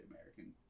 American